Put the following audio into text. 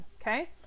Okay